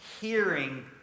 hearing